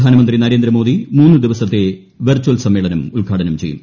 പ്രധാനമന്ത്രി നരേന്ദ്രമോദി മൂന്നു ദിവസത്തെ വെർച്ചൽ സമ്മേളനം ഉദ്ഘാടനം ചെയ്യും